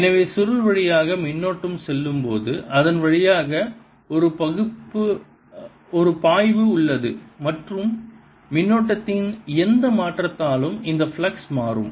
எனவே சுருள் வழியாக மின்னோட்டம் செல்லும் போது அதன் வழியாக ஒரு பாய்வு உள்ளது மற்றும் மின்னோட்டத்தின் எந்த மாற்றத்தாலும் இந்த ஃப்ளக்ஸ் மாறும்